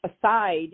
aside